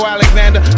Alexander